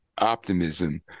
optimism